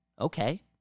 Okay